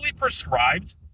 prescribed